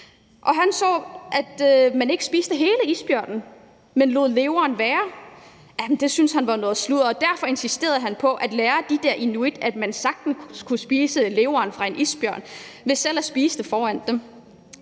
han så, at man ikke spiste hele isbjørnen, men lod leveren være. Det syntes han var noget sludder, og derfor insisterede han på at lære de der inuit, at man sagtens kunne spise leveren fra isbjørne, ved selv at spise det foran dem.